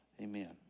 amen